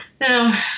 Now